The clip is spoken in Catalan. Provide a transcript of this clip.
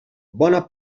bona